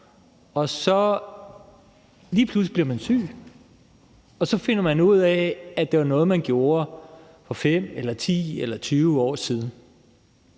og så lige pludselig bliver man syg, og så finder man ud af, at det var noget, man gjorde for 5, 10 eller 20 år siden.